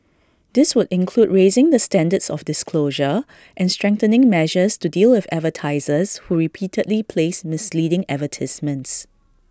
this would include raising the standards of disclosure and strengthening measures to deal with advertisers who repeatedly place misleading advertisements